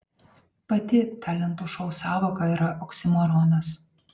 pati talentų šou sąvoka yra oksimoronas